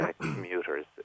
commuters